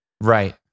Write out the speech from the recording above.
right